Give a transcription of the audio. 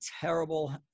terrible